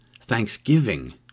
Thanksgiving